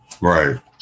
Right